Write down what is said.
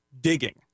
digging